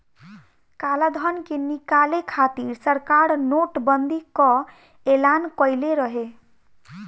कालाधन के निकाले खातिर सरकार नोट बंदी कअ एलान कईले रहे